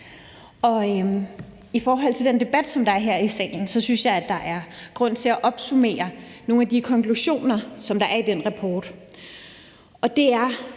I forhold til den debat, som der er her i salen, synes jeg der er grund til at opsummere nogle af de konklusioner, som der er i den rapport.